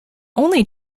only